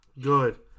Good